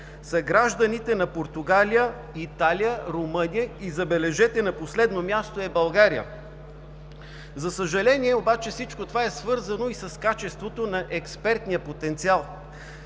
гражданите на Португалия, Италия, Румъния и, забележете, на последно място е България. За съжаление обаче, всичко това е свързано и с качеството на експертния потенциал.